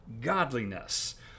godliness